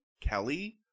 Kelly